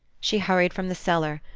she hurried from the cellar,